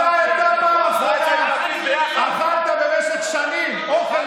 מתי אתה פעם אחרונה אכלת במשך שנים אוכל